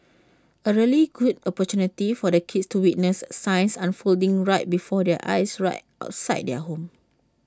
A really good opportunity for the kids to witness science unfolding right before their eyes right outside their home